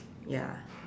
ya